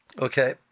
Okay